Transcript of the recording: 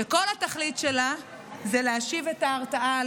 שכל התכלית שלה היא להשיב את ההרתעה על